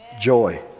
joy